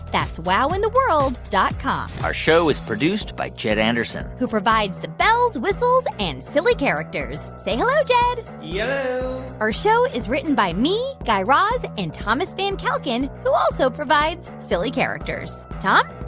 that's wowintheworld dot com our show is produced by jed anderson who provides the bells, whistles and silly characters. say hello, jed yello yeah our show is written by me, guy raz and thomas van kalken, who also provides silly characters. tom?